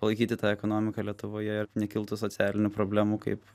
palaikyti tą ekonomiką lietuvoje nekiltų socialinių problemų kaip